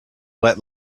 let